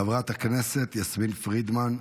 חברת הכנסת יסמין פרידמן,